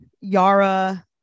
Yara